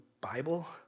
Bible